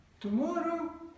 tomorrow